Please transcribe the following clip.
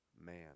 man